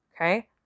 Okay